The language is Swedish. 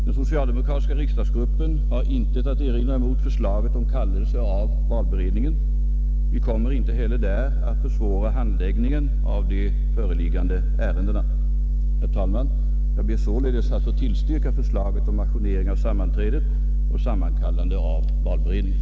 Den socialdemokratiska riksdagsgruppen har intet att erinra mot förslaget om kallelse av valberedningen. Vi kommer inte heller där att försvåra handläggningen av de föreliggande ärendena. Herr talman! Jag ber således att få tillstyrka förslaget om ajournering av sammanträdet och sammankallande av valberedningen.